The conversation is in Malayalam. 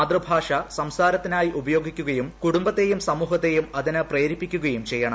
മാതൃഭാഷ സംസാരത്തിനായി ഉപയോഗിക്കുകയും കുടുംബത്തേയും സമൂഹത്തേയും അതിന് പ്രേരിപ്പിക്കുകയും ചെയ്യണം